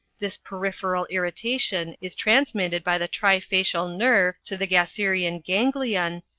this peripheral irritation is transmitted by the trifacial nerve to the gasserian ganglion,